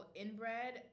inbred